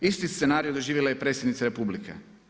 Isti scenarij doživjela je i predsjednica Republike.